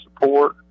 support